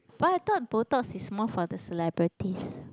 but I thought botox is more for the celebrities